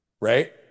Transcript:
right